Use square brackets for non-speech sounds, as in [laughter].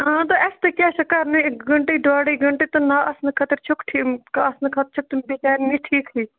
تہٕ اَسہِ تہِ کیٛاہ چھُ کرنُے گنٛٹے ڈۅڈے گنٹے تہٕ نہَ آسنہٕ خٲطرٕ چھُکھ ٹھیٖک [unintelligible] نہَ آسنُک خٲطرٕ چھُک تِم بِچارٮ۪ن نِش ٹھیٖکٕے